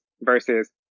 versus